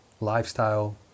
lifestyle